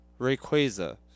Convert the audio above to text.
Rayquaza